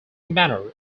manor